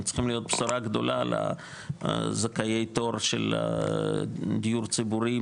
הם צריכים להיות בשורה גדולה לזכאי תור של הדיור הציבורי,